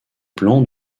plans